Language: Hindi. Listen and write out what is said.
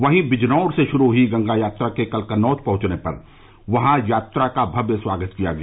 वहीं बिजनौर से शुरू हुई गंगा यात्रा के कल कन्नौज पहुंचने पर वहां यात्रा का भव्य स्वागत किया गया